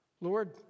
Lord